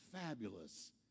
fabulous